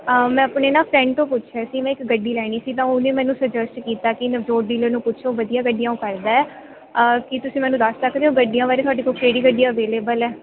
ਮੈਂ ਆਪਣੇ ਨਾ ਫ੍ਰੈਡ ਤੋਂ ਪੁੱਛਿਆ ਸੀ ਮੈਂ ਇੱਕ ਗੱਡੀ ਲੈਣੀ ਸੀ ਤਾਂ ਉਹਨੇ ਮੈਨੂੰ ਸਜੈਸਟ ਕੀਤਾ ਕੀ ਨਵਜੋਤ ਡੀਲਰ ਨੂੰ ਪੁੱਛੋ ਵਧੀਆ ਗੱਡੀਆਂ ਉਹ ਕਰਦਾ ਹੈ ਕੀ ਤੁਸੀਂ ਮੈਨੂੰ ਦੱਸ ਸਕਦੇ ਓ ਗੱਡੀਆਂ ਬਾਰੇ ਤੁਹਾਡੇ ਕੋਲ ਕਿਹੜੀ ਗੱਡੀ ਅਵੇਲੇਵਲ ਹੈ